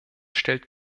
stellt